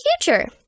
future